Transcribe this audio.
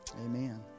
Amen